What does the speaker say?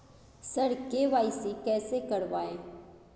sir KYC कैसे करवाएं